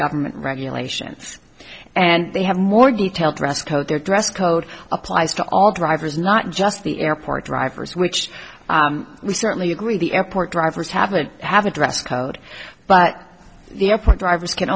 government regulations and they have more detailed dress code their dress code applies to all drivers not just the airport drivers which we certainly agree the airport drivers have to have a dress code but the airport drivers can